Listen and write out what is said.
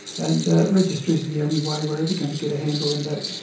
and registries are the only way we are ever going to get a handle on that.